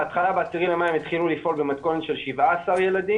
בהתחלה ב-10 במאי התחילו לפעול במתכונת של 17 ילדים,